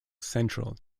central